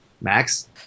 Max